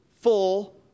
Full